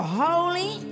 holy